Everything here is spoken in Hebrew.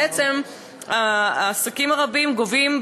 בעצם העסקים הרבים גובים,